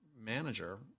manager